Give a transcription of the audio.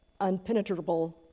unpenetrable